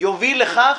יוביל לכך